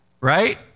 right